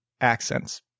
accents